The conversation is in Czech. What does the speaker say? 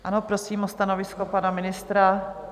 Ano, prosím o stanovisko pana ministra.